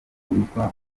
witwa